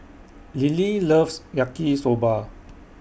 Lillie loves Yaki Soba